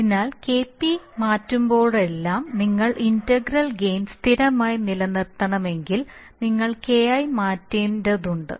അതിനാൽ Kp മാറ്റുമ്പോഴെല്ലാം നിങ്ങൾ ഇന്റഗ്രൽ ഗെയിൻ സ്ഥിരമായി നിലനിർത്തണമെങ്കിൽ നിങ്ങൾ Ki മാറ്റേണ്ടതുണ്ട്